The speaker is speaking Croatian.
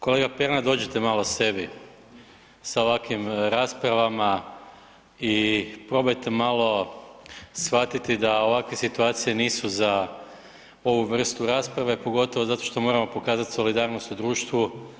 Kolega Pernar dođite malo sebi sa ovakvim raspravama i probajte malo shvatiti da ovakve situacije nisu za ovu vrstu rasprave, pogotovo zato što moramo pokazati solidarnost u društvu.